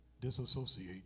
disassociate